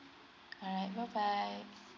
alright bye bye